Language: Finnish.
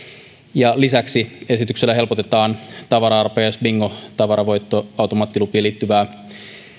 ja lisäksi esityksellä helpotetaan tavara arpajais bingo ja tavaravoittoautomaattilupiin liittyvää